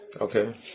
okay